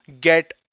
get